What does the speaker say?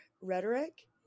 Rhetoric